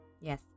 Yes